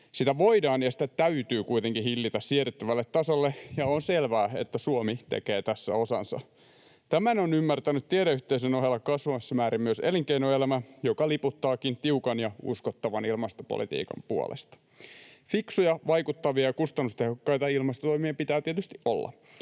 Sitä voidaan ja sitä täytyy kuitenkin hillitä siedettävälle tasolle, ja on selvää, että Suomi tekee tässä osansa. Tämän on ymmärtänyt tiedeyhteisön ohella kasvavissa määrin myös elinkeinoelämä, joka liputtaakin tiukan ja uskottavan ilmastopolitiikan puolesta. Fiksuja, vaikuttavia ja kustannustehokkaita ilmastotoimien pitää tietysti olla.